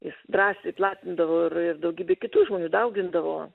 jis drąsiai platindavo ir ir daugybė kitų žmonių daugindavo